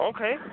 Okay